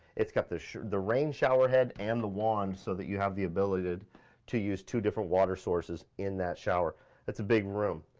it's got the the rain shower head, and the wand, so that you have the ability to use two different water sources in that shower. that's a big room.